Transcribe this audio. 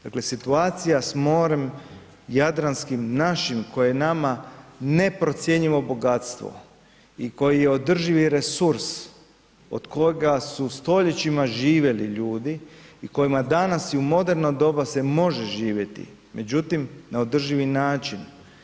Dakle, s situacija s morem Jadranskim našim koje je nama neprocjenjivo bogatstvo i koji je održivi resurs od kojega su stoljećima živjeli ljudi i kojima danas i u moderno doba se može živjeti, međutim na održivi način.